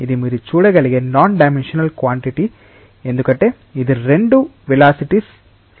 ఇది మీరు చూడగలిగే నాన్ డైమెన్షనల్ క్వాన్టిటిటీ ఎందుకంటే ఇది రెండు వెలాసిటిస్ రేషియో